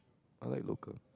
I like local